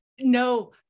No